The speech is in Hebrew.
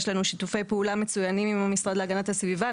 יש לנו שיתופי פעולה מצוינים עם המשרד להגנת הסביבה,